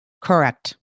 Correct